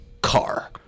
car